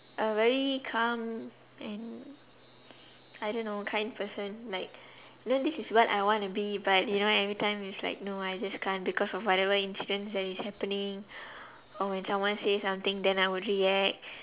a very calm and I don't know kind person like you know this is what I wanna be but you know everytime it's like no I just can't because of whatever incident that is happening or when someone say something then I would react